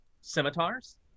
scimitars